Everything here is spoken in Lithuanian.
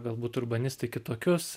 galbūt urbanistai kitokius